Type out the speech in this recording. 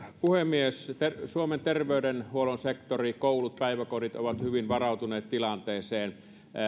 puhemies suomen terveydenhuollon sektori koulut ja päiväkodit ovat hyvin varautuneet tilanteeseen